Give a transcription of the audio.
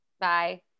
Bye